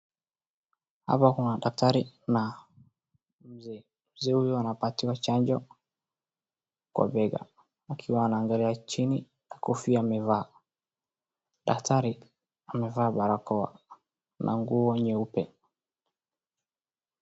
Hapa kuna daktari na mzee, mzee huyo anapatiwa chanjo kwa bega akiwa ameangalia chini na kofia amevaa. Daktari amevaa barakoa na nguo nyeupe.